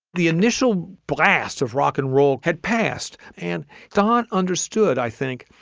the initial blast of rock and roll had passed, and dawn understood, i think,